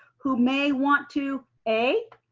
who may want to a,